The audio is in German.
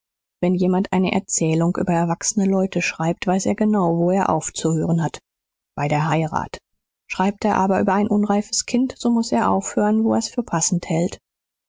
wenn jemand eine erzählung über erwachsene leute schreibt weiß er genau wo er aufzuhören hat bei der heirat schreibt er aber über ein unreifes kind so muß er aufhören wo er's für passend hält